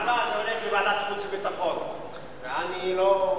בוועדה, זה הולך לוועדת חוץ וביטחון, ואני לא,